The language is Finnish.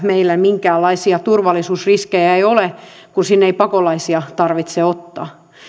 meillä ei minkäänlaisia turvallisuusriskejä ole kun sinne ei pakolaisia tarvitse ottaa